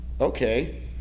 okay